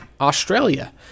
Australia